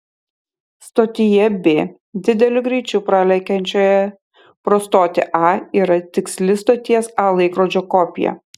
stotyje b dideliu greičiu pralekiančioje pro stotį a yra tiksli stoties a laikrodžio kopija